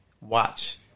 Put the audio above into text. watch